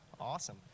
Awesome